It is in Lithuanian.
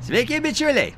sveiki bičiuliai